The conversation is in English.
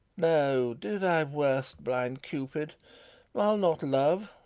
no, do thy worst, blind cupid i'll not love